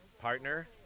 partner